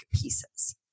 pieces